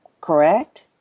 Correct